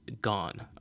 gone